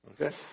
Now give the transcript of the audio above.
Okay